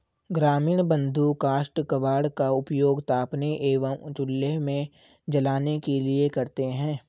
ग्रामीण बंधु काष्ठ कबाड़ का उपयोग तापने एवं चूल्हे में जलाने के लिए करते हैं